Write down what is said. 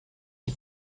qui